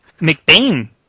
McBain